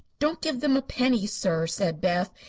don't give them a penny, sir, said beth.